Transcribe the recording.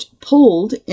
pulled